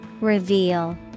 Reveal